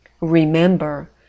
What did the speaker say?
Remember